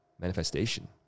manifestation